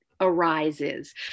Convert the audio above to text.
arises